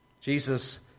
Jesus